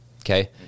Okay